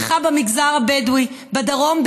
בריכה במגזר הבדואי בדרום,